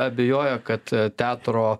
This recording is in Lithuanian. abejoja kad teatro